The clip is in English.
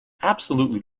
absolutely